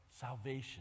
salvation